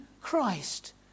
Christ